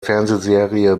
fernsehserie